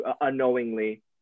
unknowingly